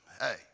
Hey